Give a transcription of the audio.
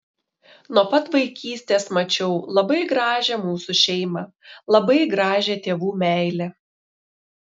nuo pat vaikystės mačiau labai gražią mūsų šeimą labai gražią tėvų meilę